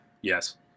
yes